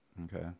Okay